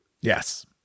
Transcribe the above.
yes